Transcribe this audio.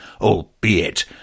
albeit